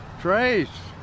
Trace